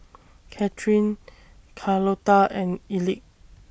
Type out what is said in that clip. Kathryn Carlota and Elick